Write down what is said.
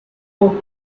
would